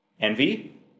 envy